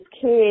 kids